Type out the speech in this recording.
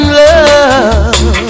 love